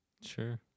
Sure